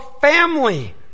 family